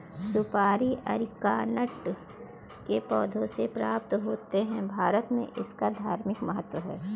सुपारी अरीकानट के पौधों से प्राप्त होते हैं भारत में इसका धार्मिक महत्व है